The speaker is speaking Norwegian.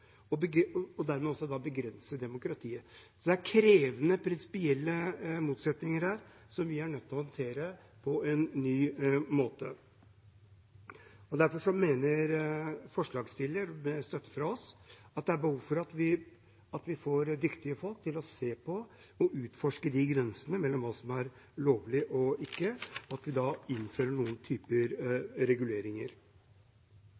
og vil dermed også begrense demokratiet. Det er krevende prinsipielle motsetninger som vi er nødt til å håndtere på en ny måte. Derfor mener forslagsstillerne, med støtte fra oss, at det er behov for å få dyktige folk til å se på og utforske grensene mellom hva som er lovlig og ikke, og at vi da innfører noen